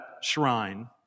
shrine